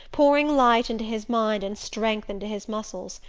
pouring light into his mind and strength into his muscles.